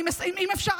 אם אפשר,